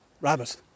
rabbit